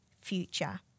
future